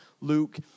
Luke